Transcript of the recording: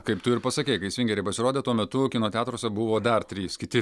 kaip tu ir pasakei kai svingeriai pasirodė tuo metu kino teatruose buvo dar trys kiti